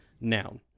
noun